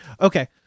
Okay